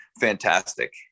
fantastic